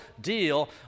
deal